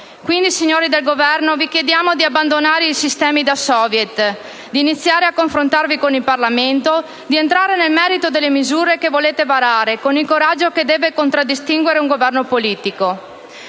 Quindi, signori del Governo, vi chiediamo di abbandonare i sistemi da *soviet*, di iniziare a confrontarvi con il Parlamento, di entrare nel merito delle misure che volete varare con il coraggio che deve contraddistinguere un Governo politico.